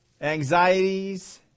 anxieties